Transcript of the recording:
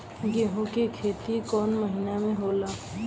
गेहूं के खेती कौन महीना में होला?